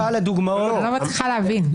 אני לא מצליחה להבין.